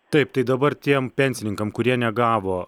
taip tai dabar tiem pensininkam kurie negavo